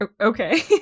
Okay